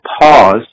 pause